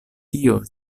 tio